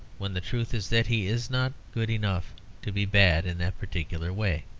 when the truth is that he is not good enough to be bad in that particular way.